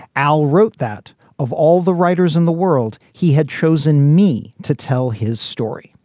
al wrote that of all the writers in the world, he had chosen me to tell his story.